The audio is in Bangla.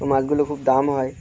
তো মাছগুলো খুব দাম হয়